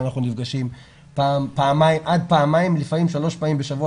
כשאנחנו נפגשים עד פעמיים ולפעמים שלוש פעמים בשבוע